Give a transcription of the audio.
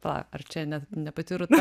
va ar čia net ne pati rūta